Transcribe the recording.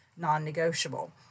Non-negotiable